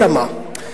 אלא מה?